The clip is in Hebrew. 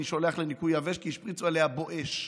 שולח לניקוי יבש כי השפריצו עליה בואש.